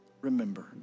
remember